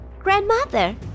Grandmother